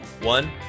One